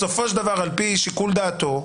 בסופו של דבר על פי שיקול דעתו,